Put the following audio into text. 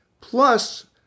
Plus